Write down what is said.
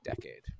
decade